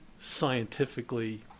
scientifically